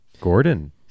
Gordon